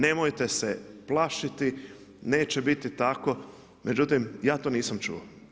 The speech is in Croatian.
Nemojte se plašiti, neće biti tako, međutim, ja to nisam čuo.